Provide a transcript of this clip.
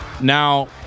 now